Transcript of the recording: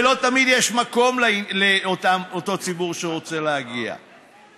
ולא תמיד יש מקום לאותו ציבור שרוצה להגיע,